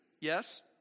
Yes